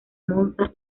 monza